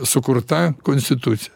sukurta konstitucija